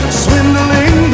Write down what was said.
swindling